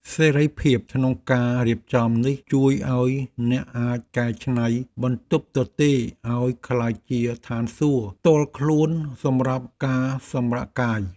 សេរីភាពក្នុងការរៀបចំនេះជួយឱ្យអ្នកអាចកែច្នៃបន្ទប់ទទេរឱ្យក្លាយជាឋានសួគ៌ផ្ទាល់ខ្លួនសម្រាប់ការសម្រាកកាយ។